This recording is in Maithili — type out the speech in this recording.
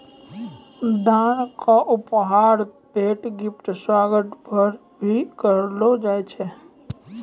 दान क उपहार, तोहफा, भेंट, गिफ्ट, सोगात, भार, भी कहलो जाय छै